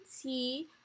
tea